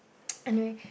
anyway